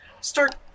start